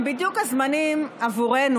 הם בדיוק הזמנים עבורנו,